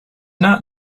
not